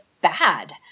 bad